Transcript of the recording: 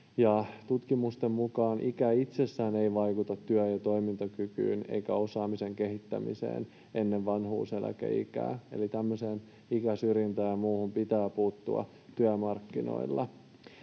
Tutkimusten mukaan ikä itsessään ei vaikuta työ- ja toimintakykyyn eikä osaamisen kehittämiseen ennen vanhuuseläkeikää, eli tämmöiseen ikäsyrjintään ja muuhun pitää puuttua työmarkkinoilla.